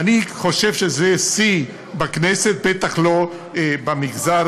ואני חושב שזה שיא בכנסת, בטח לא במגזר.